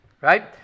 right